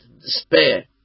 despair